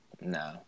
No